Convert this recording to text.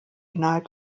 innerhalb